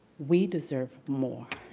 we deserve more.